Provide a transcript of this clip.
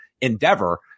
Endeavor